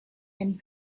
and